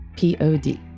Pod